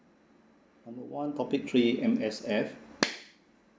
call one topic three M_S_F